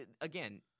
again